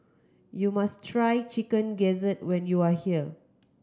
you must try Chicken Gizzard when you are here